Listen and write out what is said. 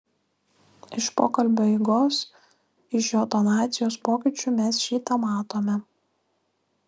iš pokalbio eigos iš jo tonacijos pokyčių mes šį tą matome